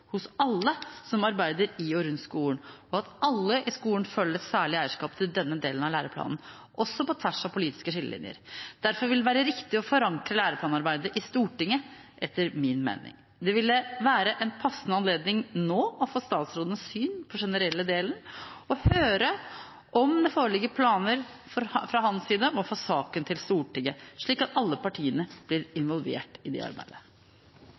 hos alle som arbeider i og rundt skolen, og at alle i skolen føler et særlig eierskap til denne delen av læreplanen, også på tvers av politiske skillelinjer. Derfor ville det etter min mening være riktig å forankre læreplanarbeidet i Stortinget. Det ville være en passende anledning nå å få statsrådens syn på den generelle delen og høre om det foreligger planer fra hans side om å få saken til Stortinget, slik at alle partiene blir involvert i det arbeidet.